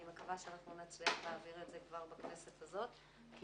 אני מקווה שאנחנו נצליח להעביר את זה כבר בכנסת הזאת כי